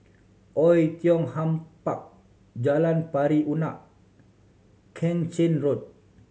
Oei Tiong Ham Park Jalan Pari Unak Keng Chin Road